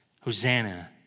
Hosanna